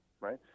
right